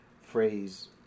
phrase